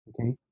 Okay